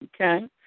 Okay